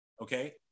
okay